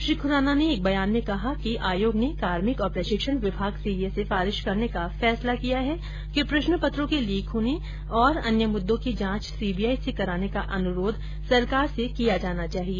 श्री खुराना ने एक बयान में कहा है कि आयोग ने कार्मिक और प्रशिक्षण विभाग से यह सिफारिश करने का फैसला किया है कि प्रश्न पत्रों के लीक होने तथा अन्य मुद्दों की जांच सीबीआई से कराने का अनुरोध सरकार से किया जाना चाहिए